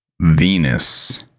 Venus